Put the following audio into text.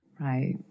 right